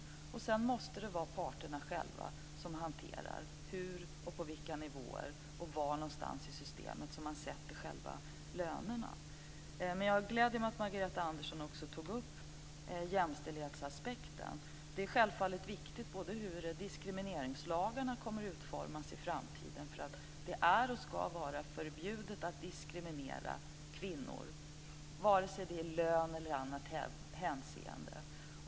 Sedan måste parterna själva hantera hur, på vilka nivåer och var i systemet som man sätter lönerna. Jag gläder mig åt att Margareta Andersson också tog upp jämställdhetsaspekten. Det är självfallet viktigt hur diskrimineringslagarna utformas i framtiden. Det är och ska vara förbjudet att diskriminera kvinnor, vare sig det är fråga om lön eller i annat hänseende.